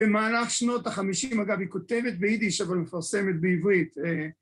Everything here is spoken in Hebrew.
במהלך שנות החמישים, אגב, היא כותבת ביידיש אבל מפרסמת בעברית.